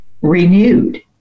renewed